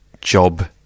job